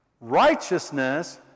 Righteousness